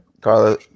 Carlos